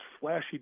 flashy